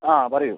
ആ പറയൂ